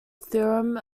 theorem